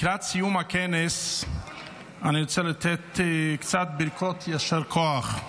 לקראת סיום הכנס אני רוצה לתת קצת ברכות של יישר כוח.